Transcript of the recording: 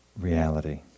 reality